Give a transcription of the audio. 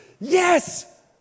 yes